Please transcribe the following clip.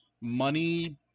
money